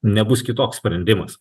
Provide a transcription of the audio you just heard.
nebus kitoks sprendimas